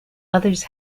others